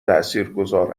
تاثیرگذار